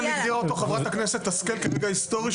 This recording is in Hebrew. הגדירה אותו חברת הכנסת השכל כרגע היסטורי,